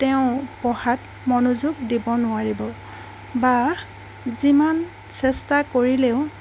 তেওঁ পঢ়াত মনোযোগ দিব নোৱাৰিব বা যিমান চেষ্টা কৰিলেও